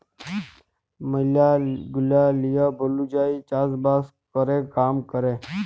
ম্যালা গুলা লিয়ম ওলুজায়ই চাষ বাস ক্যরে কাম ক্যরে